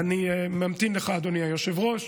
אני ממתין לך, אדוני היושב-ראש.